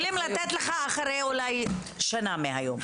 יכולים לתת לך אחרי אולי שנה מהיום.